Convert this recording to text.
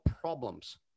problems